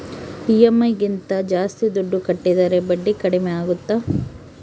EMI ಗಿಂತ ಜಾಸ್ತಿ ದುಡ್ಡು ಕಟ್ಟಿದರೆ ಬಡ್ಡಿ ಕಡಿಮೆ ಆಗುತ್ತಾ?